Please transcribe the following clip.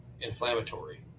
inflammatory